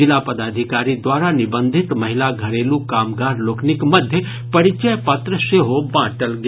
जिला पदाधिकारी द्वारा निबंधित महिला घरेलू कामगार लोकनिक मध्य परिचय पत्र सेहो बांटल गेल